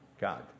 God